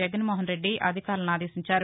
జగన్మోహన్ రెడ్డి అధికారులను ఆదేశించారు